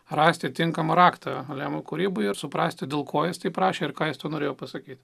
rasti tinkamą raktą ulemų kūrybai ir suprasti dėl ko jis taip prašė ir ką jis to norėjo pasakyti